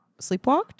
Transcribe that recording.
sleepwalked